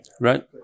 Right